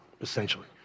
essentially